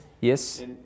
Yes